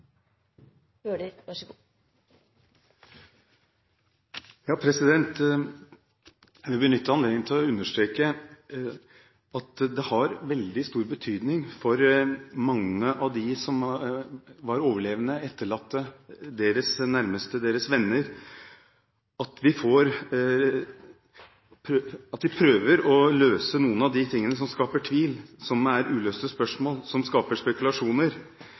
å understreke at det har veldig stor betydning for mange av dem som er overlevende, etterlatte, deres nærmeste og deres venner, at vi prøver å løse noe av det som skaper tvil, som er uløste spørsmål, og som skaper spekulasjoner.